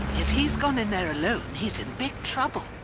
if he's gone in there alone he's in big trouble.